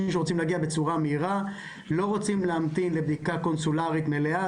אנשים שרוצים להגיע בצורה מהירה לא רוצים להמתין לבדיקה קונסולרית מלאה.